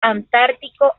antártico